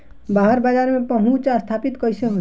बाहर बाजार में पहुंच स्थापित कैसे होई?